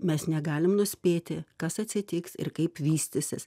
mes negalim nuspėti kas atsitiks ir kaip vystysis